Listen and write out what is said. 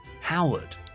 Howard